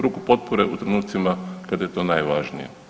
Ruku potpore u trenucima kad je to najvažnije.